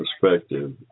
perspective